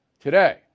today